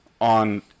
on